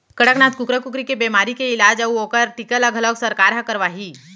कड़कनाथ कुकरा कुकरी के बेमारी के इलाज अउ ओकर टीका ल घलौ सरकार हर करवाही